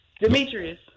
Demetrius